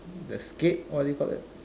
the scape what do you call that